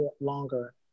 longer